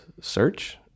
search